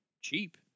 cheap